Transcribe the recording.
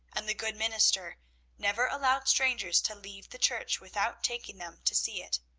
and the good minister never allowed strangers to leave the church without taking them to see it.